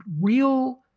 real